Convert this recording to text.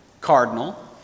cardinal